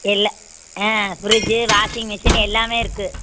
இல்லை ஆ fridge washing machine எல்லாமே இருக்குது